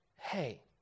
hey